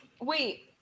Wait